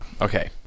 Okay